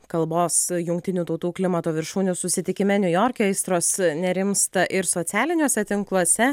kalbos jungtinių tautų klimato viršūnių susitikime niujorke aistros nerimsta ir socialiniuose tinkluose